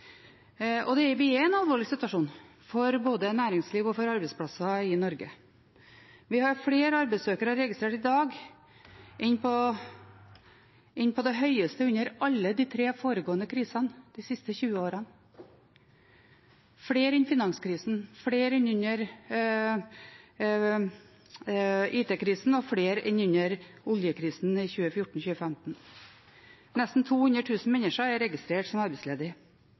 er i en alvorlig situasjon for både næringsliv og arbeidsplasser i Norge. Vi har flere arbeidssøkere registrert i dag enn på det høyeste nivået under alle de tre foregående krisene, de siste 20 årene – flere enn under finanskrisen, flere enn under IT-krisen og flere enn under oljekrisen i 2014–2015. Nesten 200 000 mennesker er registrert som arbeidsledig.